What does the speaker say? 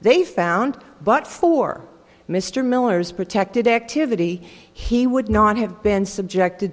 they found but for mr miller's protected activity he would not have been subjected